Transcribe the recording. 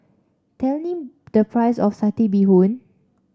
tell me the price of Satay Bee Hoon